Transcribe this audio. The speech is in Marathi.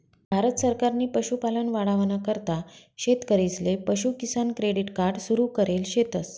भारत सरकारनी पशुपालन वाढावाना करता शेतकरीसले पशु किसान क्रेडिट कार्ड सुरु करेल शेतस